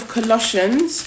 Colossians